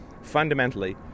fundamentally